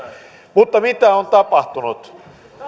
mutta mitä on tapahtunut